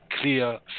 clear